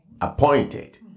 Appointed